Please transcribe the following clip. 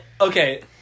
Okay